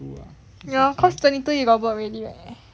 ya cause twenty two you got work already right